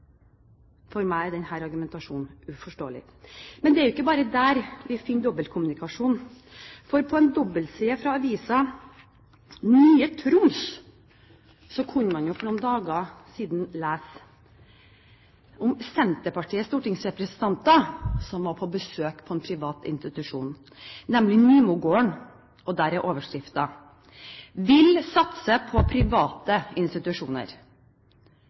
For meg er denne argumentasjonen uforståelig. Det er ikke bare der vi finner dobbeltkommunikasjon. På en dobbeltside i avisen Nye Troms kunne man for noen dager siden lese om et par av Senterpartiets stortingsrepresentanter som var på besøk på en privat institusjon, nemlig Nymogården – og overskriften er «Vil satse på private institusjoner».